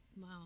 Wow